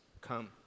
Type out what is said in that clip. come